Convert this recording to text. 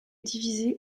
divisée